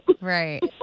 Right